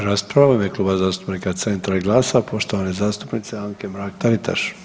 rasprava u ime Kluba zastupnika Centra i GLAS-a poštovane zastupnice Anke Mrak Taritaš.